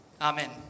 Amen